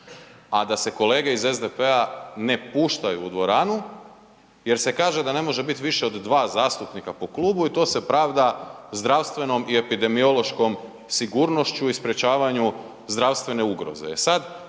A da se kolege iz SDP-a ne puštaju u dvoranu jer se kaže da ne može biti više od 2 zastupnika po klubu i to se pravda zdravstvenom i epideomiološkom sigunošću i sprječavanju zdravstvene ugroze.